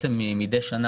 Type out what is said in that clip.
מידי שנה,